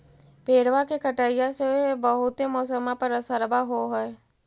पेड़बा के कटईया से से बहुते मौसमा पर असरबा हो है?